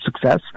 success